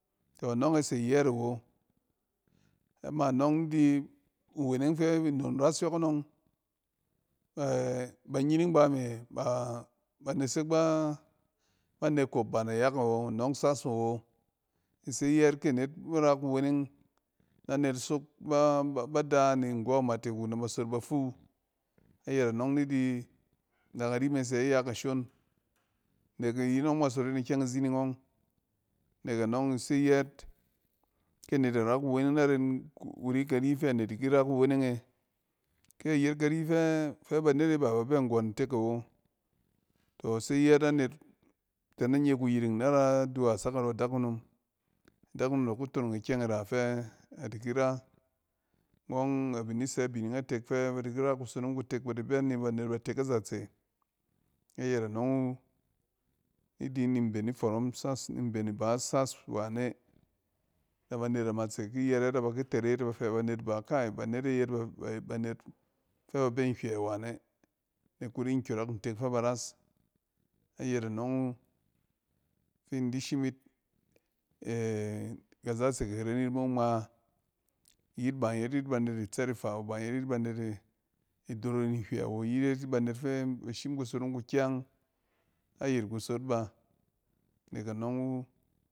Tↄ anↄnge se yɛɛt awo. Na ma nↄng ndi nweneng fɛ nnon ras yↄkↄng baniyining ba me b aba nesek ba nekop ba me nayak awo, anↄng sas awo. Ise yɛɛt kɛ net ra kuweneng, na net sok ba-ba da ni nggↄ matek wu nɛ ba sot ba fuu. Ayɛt anↄng ni di nɛ kari me sɛ iyɛ kashon nek iying ↄng masot yin ikyɛng izining ↄng. Nek anↄng ise yɛɛt kyɛ net da ra kuweng na ren kuri kari fɛ anet da ki ra kuweneng e. Kyɛ ayet kari fɛ banet e b aba bɛ nggↄn ntek awo, tↄ ise yɛɛt na net tɛ na nyɛ kuyiring, na ra duwa sak na rↄ adakunom. Adakunom da ku tonong ikyɛng ira fɛ adi ki ra nↄng abin di sɛ bining a tek fɛ na banet batɛk badi bɛ na banet batek azatse. Ayɛt anↄng wu, ni di mben ifↄrↄn sas ni mben ibaas sas wane. Nɛ banet amatse ki yɛrɛt na ba ki teret na ba fɛ banet ba kai, banet e yet banet fɛ ba ni nhywɛ wane nek kuri nkyↄrↄk ntek fɛ bar as. Ayɛt anↄng wu fi in di shim yit kazatse ki ren yit ko ngma. Iyit ban yet yit banet itsɛf ifa wo, ba in yet yit banet idoro nhywɛ awo iyit yet yit banet fɛ ba shim kusonong kukyang ayet kusot ba nek anↄng wu.